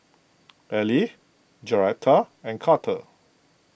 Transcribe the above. Ally Joretta and Carter